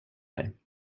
mig